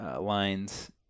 lines